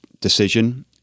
decision